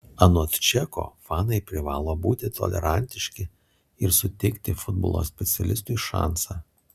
anot čeko fanai privalo būti tolerantiški ir suteikti futbolo specialistui šansą